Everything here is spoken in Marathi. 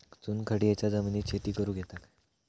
चुनखडीयेच्या जमिनीत शेती करुक येता काय?